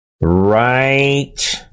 Right